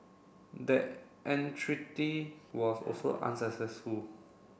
that entreaty was also unsuccessful